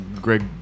greg